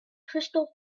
crystal